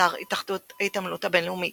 באתר התאחדות ההתעמלות הבין-לאומית